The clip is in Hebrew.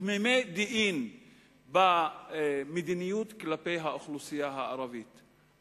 תמימי דעים במדיניות כלפי האוכלוסייה הערבית,